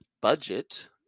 budget